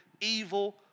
evil